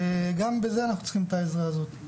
וגם בזה אנחנו צריכים את העזרה הזאת.